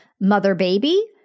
mother-baby